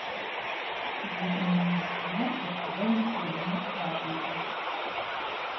apie ozono skylę ir kodėl mus vadina vatnikais